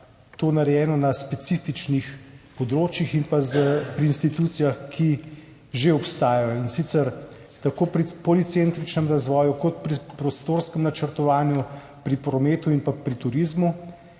to narejeno na specifičnih področjih in pa pri institucijah, ki že obstajajo, in sicer tako pri policentričnem razvoju kot pri prostorskem načrtovanju, pri prometu in pri turizmu.